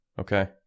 okay